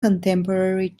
contemporary